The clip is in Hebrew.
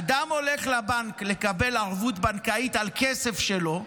אדם הולך לבנק לקבל ערבות בנקאית על כסף שלו.